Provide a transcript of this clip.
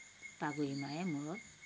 পাগুৰি মাৰে মূৰত